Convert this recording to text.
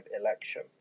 election